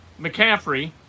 McCaffrey